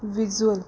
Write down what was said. visual